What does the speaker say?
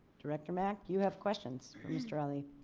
director mack. you have questions for mr ali?